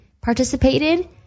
participated